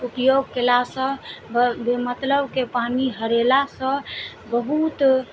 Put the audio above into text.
उपयोग कयलासँ बेमतलबके पानि हरेलासँ बहुत